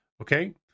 Okay